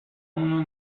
اونو